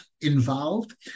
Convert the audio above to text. involved